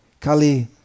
kali